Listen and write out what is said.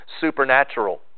supernatural